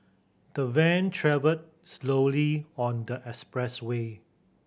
the van travelled slowly on the expressway